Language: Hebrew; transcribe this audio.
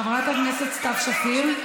חברת הכנסת סתיו שפיר,